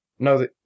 no